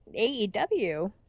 AEW